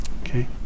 okay